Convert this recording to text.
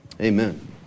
Amen